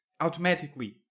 automatically